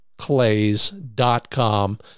clays.com